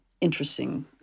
interesting